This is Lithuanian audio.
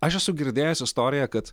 aš esu girdėjęs istoriją kad